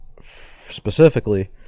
specifically